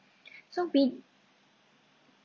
so we